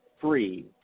free